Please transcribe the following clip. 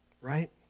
right